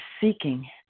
seeking